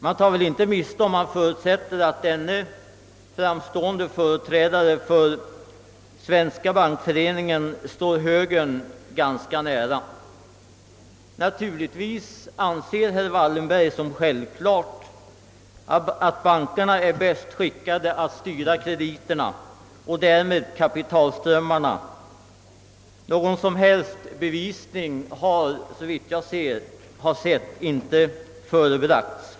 Man tar väl inte miste om man förutsätter att denne företrädare för bankföreningen står högern ganska nära. Herr Wallenberg anser det givetvis vara självklart att bankerna är bäst skickade att styra krediterna och därmed kapitalströmmarna. Någon som helst bevis ning för en sådan uppfattning har dock inte förebragts.